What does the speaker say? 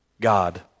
God